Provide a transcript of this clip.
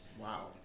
Wow